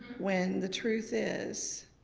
when the truth is